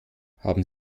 haben